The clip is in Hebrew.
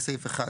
בסעיף 1